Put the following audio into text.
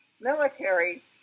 military